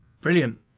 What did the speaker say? Brilliant